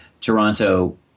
Toronto